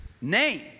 name